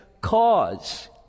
cause